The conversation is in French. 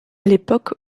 l’époque